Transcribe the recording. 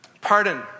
Pardon